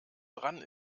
dran